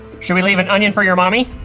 should we leave an onion for your mommy?